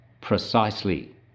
Precisely